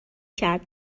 کرد